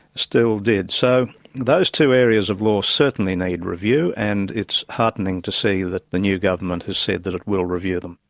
still did. so those two areas of law certainly need review, and it's heartening to see that the new government has said that it will review them.